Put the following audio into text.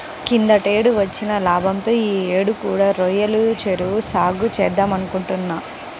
కిందటేడొచ్చిన లాభంతో యీ యేడు కూడా రొయ్యల చెరువు సాగే చేద్దామనుకుంటున్నా